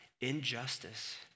Injustice